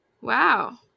Wow